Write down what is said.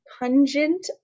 pungent